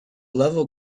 level